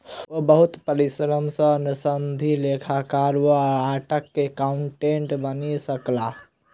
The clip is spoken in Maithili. ओ बहुत परिश्रम सॅ सनदी लेखाकार वा चार्टर्ड अकाउंटेंट बनि सकला